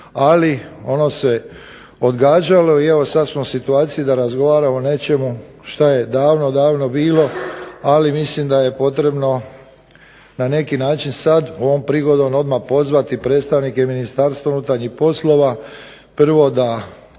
ali ono se odgađalo i evo sada smo u situaciji da razgovaramo o nečemu što je davno, davno bilo. Ali mislim da je potrebno na neki način sada ovom prigodom pozvati predstavnike MUP-a prvo da